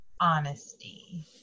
honesty